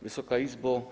Wysoka Izbo!